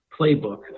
playbook